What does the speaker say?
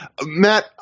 matt